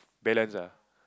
balance ah